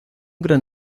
gran